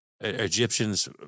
Egyptians